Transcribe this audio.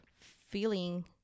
feeling